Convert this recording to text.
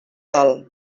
dol